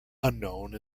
unknown